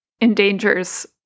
endangers